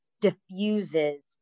diffuses